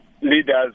leaders